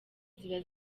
ziba